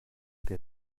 der